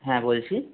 হ্যাঁ বলছি